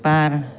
बार